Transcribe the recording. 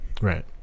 right